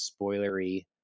spoilery